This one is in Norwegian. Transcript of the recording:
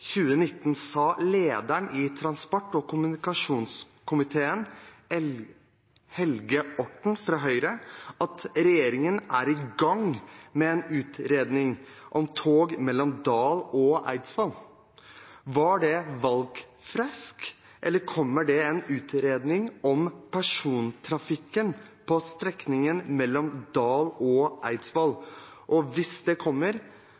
2019 sa at regjeringen var i gang med en utredning om tog mellom Dal og Eidsvoll. Var det valgflesk, eller kommer det en utredning om persontrafikken på strekningen mellom Dal og Eidsvoll? Hvis det kommer